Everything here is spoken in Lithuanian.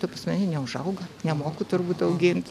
ta prasme jie neužauga nemoku turbūt augint